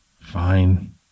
Fine